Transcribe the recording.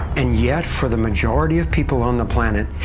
and yet, for the majority of people on the planet,